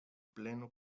pleno